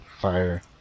fire